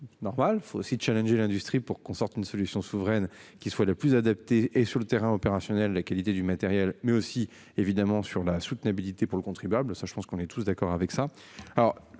coûts normal faut aussi Challenge et l'industrie pour qu'on sorte une solution souveraine qui soit le plus adapté et sur le terrain opérationnel, la qualité du matériel mais aussi évidemment sur la soutenabilité pour le contribuable, ça je pense qu'on est tous d'accord avec ça